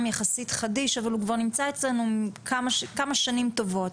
יחסית חדיש אבל הוא כבר נמצא אצלנו כמה שנים טובות,